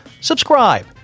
subscribe